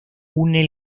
une